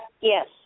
Yes